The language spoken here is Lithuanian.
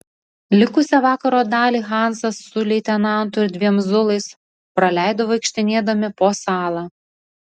likusią vakaro dalį hansas su leitenantu ir dviem zulais praleido vaikštinėdami po salą